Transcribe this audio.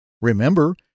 Remember